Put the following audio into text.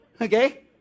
okay